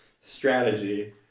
strategy